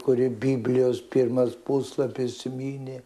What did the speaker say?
kurį biblijos pirmas puslapis mini